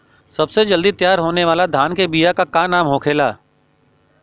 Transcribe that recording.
सबसे जल्दी तैयार होने वाला धान के बिया का का नाम होखेला?